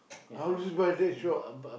I was this buy that shop